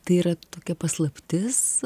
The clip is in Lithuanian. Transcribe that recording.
tai yra tokia paslaptis